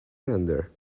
render